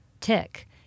tick